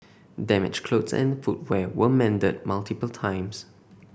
damaged clothes and footwear were mended multiple times